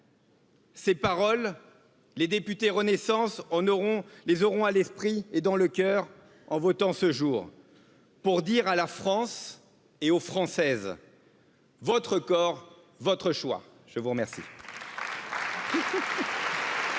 ses paroles, les députés Renaissance en auront, les auront et dans le coeur en votant ce jour pour dire à la france et aux françaises votre corps votre choix je vous remercie